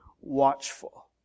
watchful